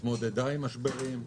התמודדה עם משברים,